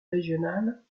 régionale